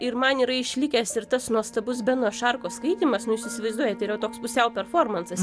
ir man yra išlikęs ir tas nuostabus beno šarkos skaitymas nu jūs įsivaizduojat yra toks pusiau performansas